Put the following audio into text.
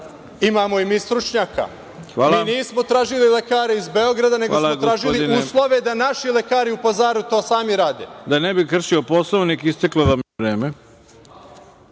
imamo i mi stručnjaka. Mi nismo tražili lekare iz Beograda, nego smo tražili uslove da naši lekari u Pazaru to sami rade. **Ivica Dačić** Da ne bih kršio Poslovnik isteklo vam je vreme. Pošto